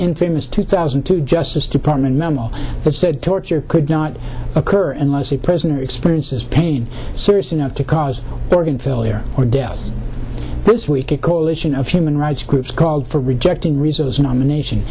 in famous two thousand and two justice department memo that said torture could not occur unless the president experiences pain serious enough to cause organ failure or death this week a coalition of human rights groups called for rejecting reason his nomination